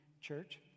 church